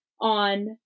on